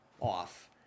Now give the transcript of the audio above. off